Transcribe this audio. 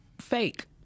fake